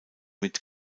mit